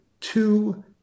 two